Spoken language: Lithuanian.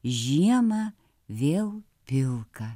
žiemą vėl pilka